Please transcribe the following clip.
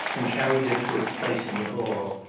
and carried it to its place in the hall.